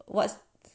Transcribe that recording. what